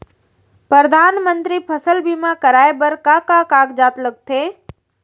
परधानमंतरी फसल बीमा कराये बर का का कागजात लगथे?